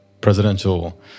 presidential